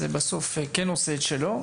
זה בסוף כן עושה את שלו,